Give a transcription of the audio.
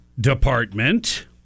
department